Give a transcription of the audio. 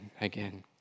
again